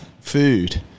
food